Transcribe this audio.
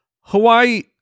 Hawaii